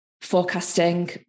forecasting